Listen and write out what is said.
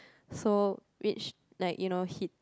so which like you know hit